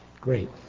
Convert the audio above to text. Great